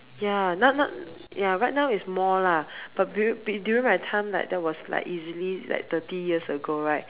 ya now now ya right now is more lah but during my time like that was like easily thirty years ago right